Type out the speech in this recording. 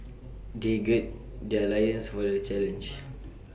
they gird their loins for the challenge